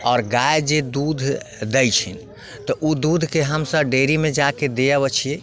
आओर गाए जे दूध दै छै तऽ ओ दूधके हमसभ डेयरीमे जा कऽ दऽ अबैत छियै